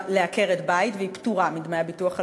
לעקרת-בית והיא פטורה מדמי הביטוח הלאומי,